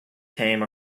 came